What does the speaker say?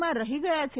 માં રહી ગયા છે